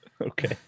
Okay